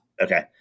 Okay